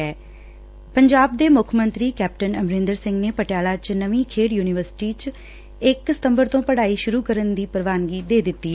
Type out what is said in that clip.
ਪੰਜਾਬ ਦੇ ਮੁੱਖ ਮੰਤਰੀ ਅਮਰੰਦਰ ਸਿੰਘ ਨੇ ਪਟਿਆਲਾ 'ਚ ਨਵੀ ਖੇਡ ਯੂਨੀਵਰਸਿਟੀ 'ਚ ਇਕ ਸਤੰਬਰ ਤੋਂ ਪੜ੍ਹਾਈ ਸ਼ੁਰੂ ਕਰਨ ਦੀ ਪ੍ਵਾਨਗੀ ਦੇ ਦਿੱਤੀ ਐ